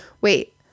wait